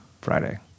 Friday